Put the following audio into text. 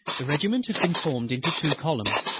the regiment had been formed into two columns,